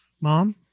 Mom